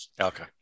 Okay